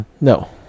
No